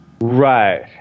Right